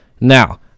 Now